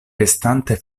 estante